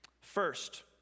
First